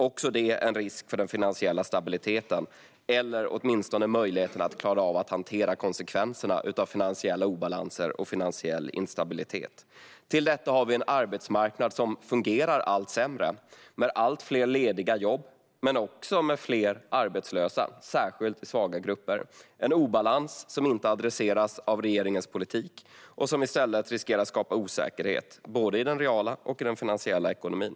Också detta är en risk för den finansiella stabiliteten, eller åtminstone möjligheten att klara av att hantera konsekvenserna av finansiella obalanser och finansiell instabilitet. Till detta har vi en arbetsmarknad som fungerar allt sämre med allt fler lediga jobb, men också med fler arbetslösa särskilt i svaga grupper. Det är en obalans som inte adresseras av regeringens politik, men som i stället riskerar att skapa osäkerhet både i den reala och i den finansiella ekonomin.